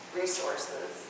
resources